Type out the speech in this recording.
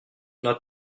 not